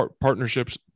partnerships